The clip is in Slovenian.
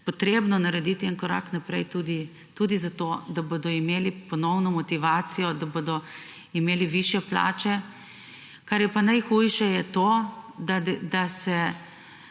potrebno narediti korak naprej tudi zato, da bodo imeli ponovno motivacijo, da bodo imeli višje plače. Kar je pa najhujše, je to, da se